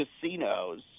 casinos